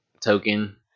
token